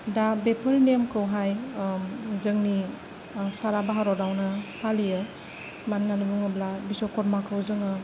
दा बेफोर नेमखौहाय जोंनि सारा भारतआवनो फालियो मानो होननानै बुङोब्ला भिस्वकर्माखौ जोङो